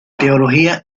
teología